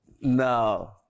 No